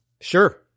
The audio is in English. Sure